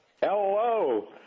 Hello